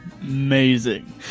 amazing